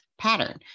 pattern